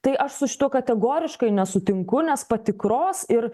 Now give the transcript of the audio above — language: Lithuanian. tai aš su šituo kategoriškai nesutinku nes patikros ir